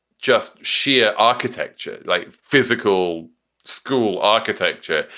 just sheer architecture, like physical school architecture,